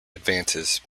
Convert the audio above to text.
advances